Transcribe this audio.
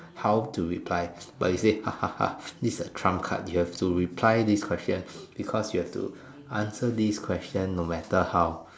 how to reply but he say hahaha this is a Trump card you have to reply this question because you have to answer this question no matter how